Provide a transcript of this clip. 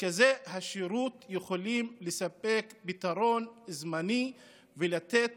מרכזי השירות יכולים לספק פתרון זמני ולתת